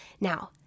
Now